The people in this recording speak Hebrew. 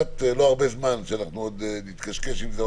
אין לנו עוד הרבה זמן להתקשקש עם זה,